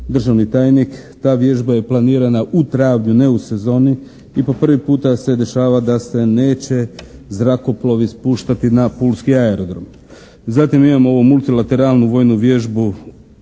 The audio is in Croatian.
državni tajnik ta vježba je planirana u travnju, ne u sezoni i po prvi puta se dešava da se neće zrakoplovi spuštati na pulski aerodrom. Zatim imamo ovu multilateralnu vojnu vježbu